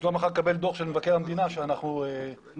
שלא מחר נקבל דוח של מבקר המדינה שאנחנו לא